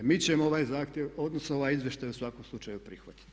Mi ćemo ovaj zahtjev, odnosno ovaj izvještaj u svakom slučaju prihvatiti.